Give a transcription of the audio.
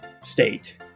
state